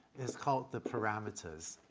is called the parameters,